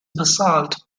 basalt